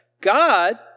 God